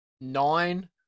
nine